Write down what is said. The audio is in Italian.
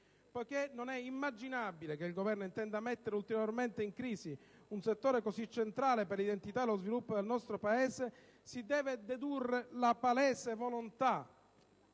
Poiché non è immaginabile che il Governo intenda mettere ulteriormente in crisi un settore così centrale per l'identità e lo sviluppo del nostro Paese, si deve dedurre la palese volontà